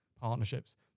partnerships